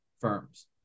firms